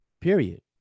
period